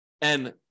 and-